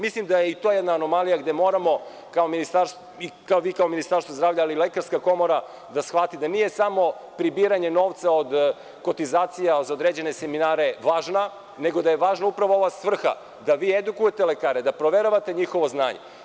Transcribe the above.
Mislim da je i to jedna anomalija gde moramo kao ministarstvo, vi kao Ministarstvo zdravlja, ali i Lekarska komora da shvatite da nije samo pribiranje novca od kotizacija za određene seminare važna, nego da je važna upravo ova svrha da vi edukujete lekare, da proveravate njihovo znanje.